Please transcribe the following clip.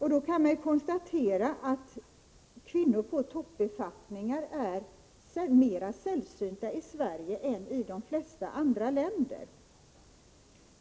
Man kan då konstatera att kvinnor på toppbefattningar är mera sällsynta i Sverige än i de flesta andra länder.